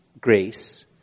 grace